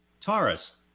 Taurus